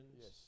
Yes